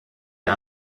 der